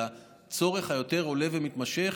לצורך היותר-עולה ומתמשך,